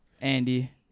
Andy